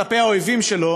כלפי האויבים שלו,